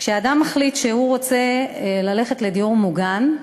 כשאדם מחליט שהוא רוצה ללכת לדיור מוגן,